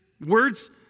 Words